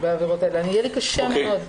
בעבירות האלה, יהיה לי קשה מאוד.